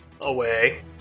away